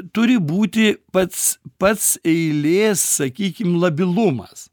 turi būti pats pats eilės sakykim labilumas